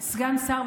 סגן שר,